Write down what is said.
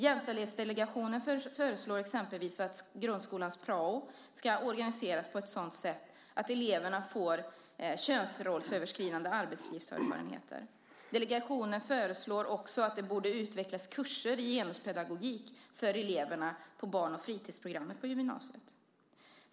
Jämställdhetsdelegationen föreslår exempelvis att grundskolans prao ska organiseras på ett sådant sätt att eleverna får könsrollsöverskridande arbetslivserfarenheter. Delegationen föreslår också att det borde utvecklas kurser i genuspedagogik för eleverna på barn och fritidsprogrammet på gymnasiet.